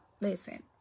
listen